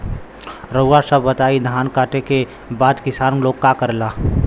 रउआ सभ बताई धान कांटेके बाद किसान लोग का करेला?